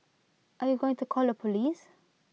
are you going to call the Police